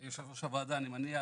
יושבת ראש הוועדה אני מניח